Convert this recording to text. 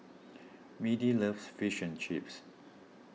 Mindi loves Fish and Chips